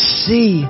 see